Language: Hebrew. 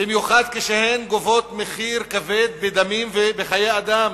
במיוחד כשהן גובות מחיר כבד בדמים ובחיי אדם,